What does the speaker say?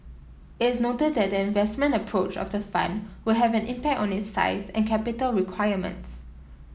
is noted that the investment approach of the fund will have an impact on its size and capital requirements